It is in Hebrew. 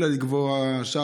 אלא לקבוע,